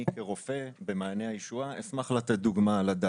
כרופא במעייני הישועה אני אשמח לתת דוגמה על הדסה.